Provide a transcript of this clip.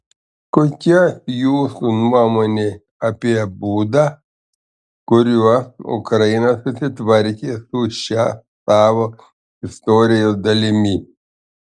kokia jūsų nuomonė apie būdą kuriuo ukraina susitvarkė su šia savo istorijos dalimi